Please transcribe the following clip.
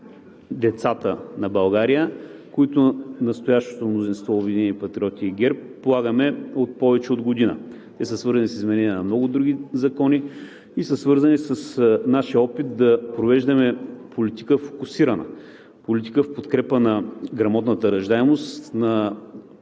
децата на България, които настоящото мнозинство „Обединени патриоти“ и ГЕРБ полагаме от повече от година. Те са свързани с изменения на много други закони, и са свързани с нашия опит да провеждаме фокусирана политика, политика в подкрепа на грамотната раждаемост, на